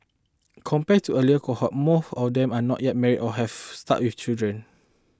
compared to earlier cohorts more of them are not yet married or have start your children